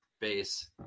base